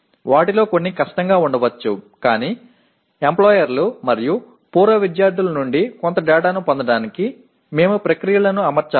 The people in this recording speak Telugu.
వాటిలో కొన్ని కష్టంగా ఉండవచ్చు కానీ ఎంప్లాయర్లు మరియు పూర్వ విద్యార్థుల నుండి కొంత డేటాను పొందడానికి మేము ప్రక్రియలను అమర్చాలి